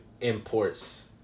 imports